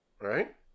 right